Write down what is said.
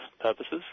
purposes